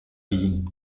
wien